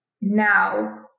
now